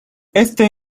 este